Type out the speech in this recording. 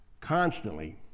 constantly